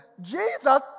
Jesus